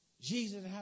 Jesus